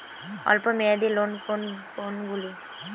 অল্প মেয়াদি লোন কোন কোনগুলি?